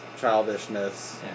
childishness